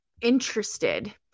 interested